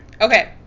Okay